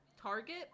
target